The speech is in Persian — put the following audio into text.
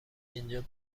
اینجا